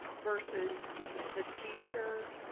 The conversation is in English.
versus the teacher,